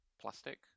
plastic